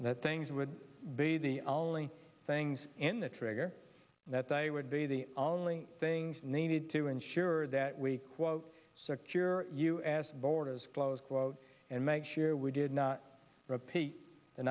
that things would be the only things in the trigger that they would be the only things needed to ensure that we quote secure u s borders close quote and make sure we did not repeat the